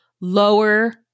lower